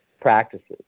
practices